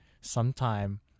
sometime